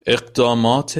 اقدامات